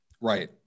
Right